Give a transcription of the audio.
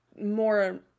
more